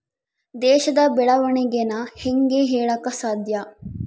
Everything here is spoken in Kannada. ದೇಶದ ಬೆಳೆವಣಿಗೆನ ಹೇಂಗೆ ಹೇಳಕ ಸಾಧ್ಯ?